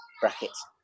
brackets